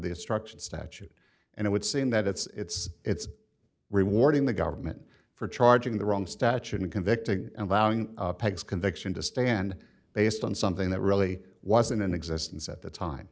destruction statute and it would seem that it's it's rewarding the government for charging the wrong statute in convicting and allowing peg's conviction to stand based on something that really wasn't in existence at the time